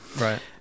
Right